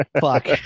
fuck